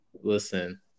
Listen